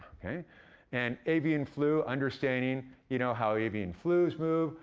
and avian flu understanding you know how avian flu's moved,